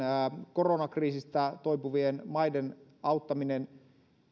koronakriisistä toipuvien maiden auttamisen pitäisi perustua